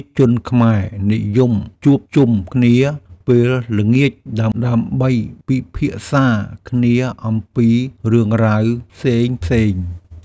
ប្រជាជនខ្មែរនិយមជួបជុំគ្នាពេលល្ងាចដើម្បីពិភាក្សាគ្នាអំពីរឿងរ៉ាវផ្សេងៗ។